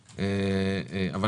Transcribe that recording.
מאוד.